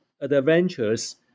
adventures